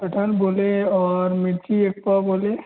कटहल बोले और मिर्ची एक पाव बोले